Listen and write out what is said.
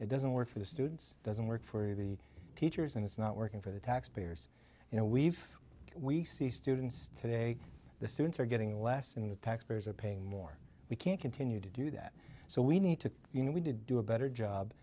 it doesn't work for the students doesn't work for the teachers and it's not working for the taxpayers you know we've we see students today the students are getting less in the taxpayers are paying more we can't continue to do that so we need to you know we did do a better job